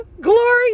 glory